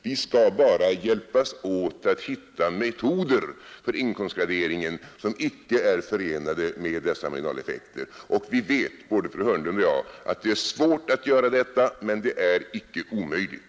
Vi skall bara hjälpas åt att hitta metoder för inkomstgraderingen som icke är förenade med dessa marginaleffekter. Både fru Hörnlund och jag vet att det är svårt att göra detta, men det är icke omöjligt.